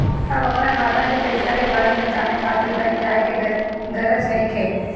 अब अपना खाता के पईसा के बारे में जाने खातिर बैंक जाए के गरज नइखे